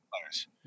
players